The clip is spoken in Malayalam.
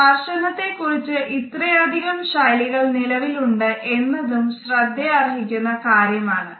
സ്പർശനത്തേ കുറിച്ച് ഇത്രയധികം ശൈലികൾ നിലവിൽ ഉണ്ട് എന്നതും ശ്രദ്ധയർഹിക്കുന്ന കാര്യം ആണ്